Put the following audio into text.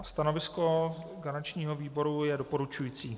Stanovisko garančního výboru je doporučující.